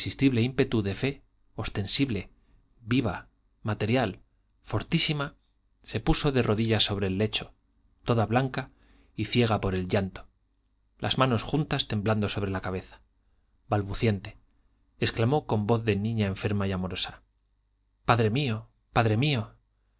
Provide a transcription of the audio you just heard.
ímpetu de fe ostensible viva material fortísima se puso de rodillas sobre el lecho toda blanca y ciega por el llanto las manos juntas temblando sobre la cabeza balbuciente exclamó con voz de niña enferma y amorosa padre mío padre mío